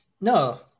no